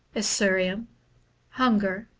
esuriem hunger.